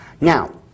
Now